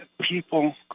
people